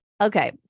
Okay